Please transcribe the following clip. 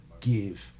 give